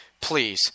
please